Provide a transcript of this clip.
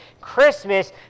Christmas